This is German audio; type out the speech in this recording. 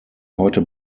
heute